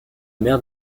mer